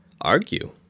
argue